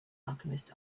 alchemist